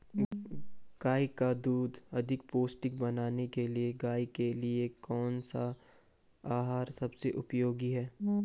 गाय का दूध अधिक पौष्टिक बनाने के लिए गाय के लिए कौन सा आहार सबसे उपयोगी है?